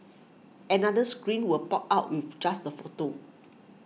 another screen will pop out with just the photo